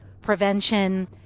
prevention